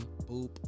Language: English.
Boop